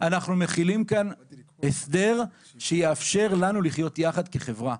אנחנו מחילים כאן הסדר שיאפשר לנו לחיות יחד כחברה,